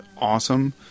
awesome